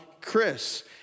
Chris